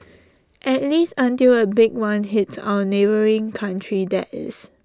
at least until A big one hits A neighbouring country that is